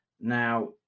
Now